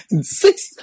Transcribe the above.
Six